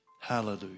Hallelujah